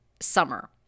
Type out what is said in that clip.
summer